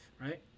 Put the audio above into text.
right